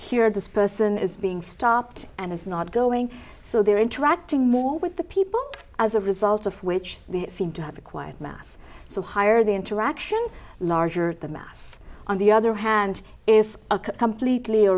and this person is being stopped and is not going so they're interacting more with the people as a result of which they seem to have acquired mass so higher the interaction larger the mass on the other hand if a completely or